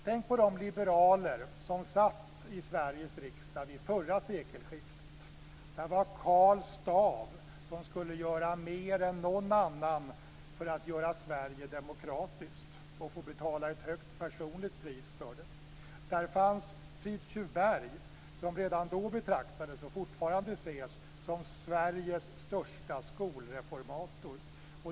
Tänk på de liberaler som satt i Sveriges riksdag vid förra sekelskiftet! Där fanns Karl Staaff som skulle göra mer än någon annan för att göra Sverige demokratiskt - och få betala ett högt personligt pris för det. Där fanns Fritjuv Berg som redan då betraktades, och som fortfarande ses, som Sveriges störste skolreformator.